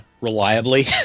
reliably